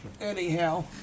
anyhow